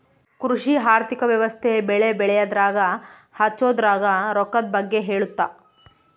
ಕೃಷಿ ಆರ್ಥಿಕ ವ್ಯವಸ್ತೆ ಬೆಳೆ ಬೆಳೆಯದ್ರಾಗ ಹಚ್ಛೊದ್ರಾಗ ರೊಕ್ಕದ್ ಬಗ್ಗೆ ಹೇಳುತ್ತ